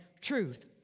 truth